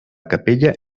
capella